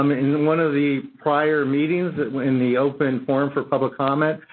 um in one of the prior meetings in the open forum for public comment,